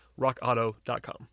rockauto.com